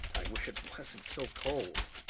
wish it wasn't so cold.